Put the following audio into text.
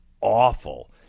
awful